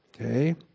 Okay